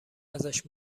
ازش